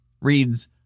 reads